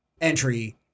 entry